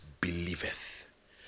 believeth